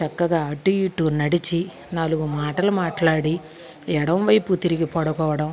చక్కగా అటు ఇటు నడిచి నాలుగు మాటలు మాట్లాడి ఎడమవైపు తిరిగి పడుకోవడం